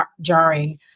jarring